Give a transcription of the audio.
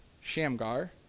Shamgar